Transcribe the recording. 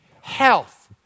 health